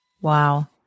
Wow